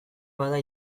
bada